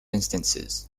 instances